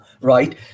Right